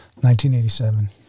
1987